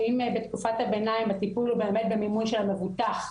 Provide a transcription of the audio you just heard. שאם בתקופת הביניים הטיפול הוא באמת במימון של המבוטח,